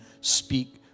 speak